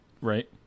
Right